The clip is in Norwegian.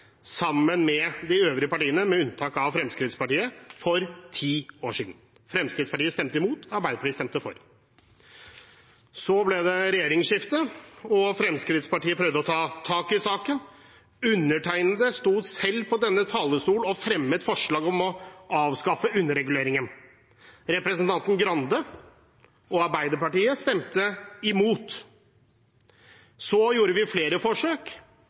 sammen med de øvrige partiene, med unntak av Fremskrittspartiet, for ti år siden. Fremskrittspartiet stemte imot, Arbeiderpartiet stemte for. Så ble det regjeringsskifte, og Fremskrittspartiet prøvde å ta tak i saken. Undertegnede sto selv på denne talerstolen og fremmet forslag om å avskaffe underreguleringen. Representanten Grande og Arbeiderpartiet stemte imot. Så gjorde vi flere forsøk.